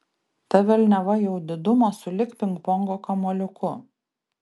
ta velniava jau didumo sulig pingpongo kamuoliuku